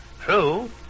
True